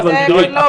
לקריטריונים.